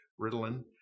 Ritalin